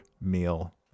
meal